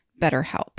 BetterHelp